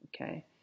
okay